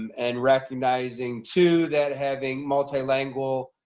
um and recognizing too that having multilingual